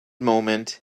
moment